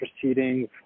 proceedings